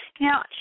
Now